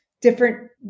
different